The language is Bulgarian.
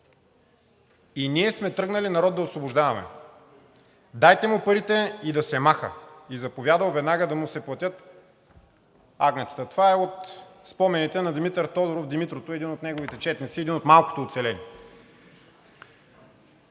и ние сме тръгнали народ да освобождаваме. Дайте му парите и да се маха.“ И заповядал веднага да му се платят агнетата. Това е от спомените на Димитър Тодоров – Димитрото един от неговите четници, един от малкото оцелели.